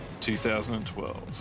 2012